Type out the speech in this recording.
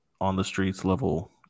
on-the-streets-level